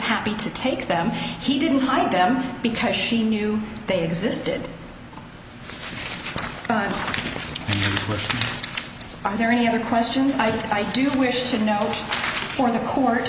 happy to take them he didn't hide them because she knew they existed were there any other questions i do wish should know for the court